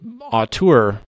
auteur